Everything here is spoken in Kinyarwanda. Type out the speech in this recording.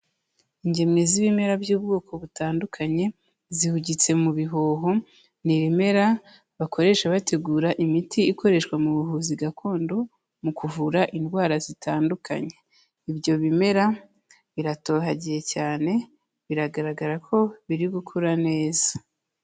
Ingemwe z'ibimera by'ubwoko butandukanye zihugitse mu bihuho, ni ibimera bakoresha bategura imiti ikoreshwa mu buvuzi gakondo mu kuvura indwara zitandukanye, ibyo bimera biratohagiye cyane, biragaragara ko biri gukura neza.